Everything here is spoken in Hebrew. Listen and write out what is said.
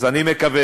אז אני מקווה